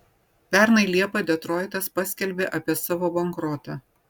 pernai liepą detroitas paskelbė apie savo bankrotą